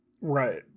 right